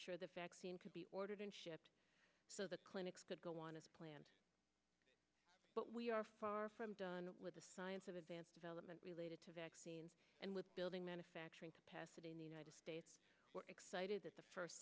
sure the vaccine could be ordered so the clinics could go on as planned but we are far from done with the science of advanced development related to vaccines and with building manufacturing capacity in the united states we're excited that the first